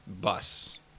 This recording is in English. bus